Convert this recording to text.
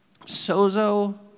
Sozo